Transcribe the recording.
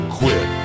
quit